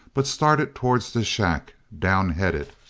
but started towards the shack, down-headed,